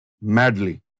madly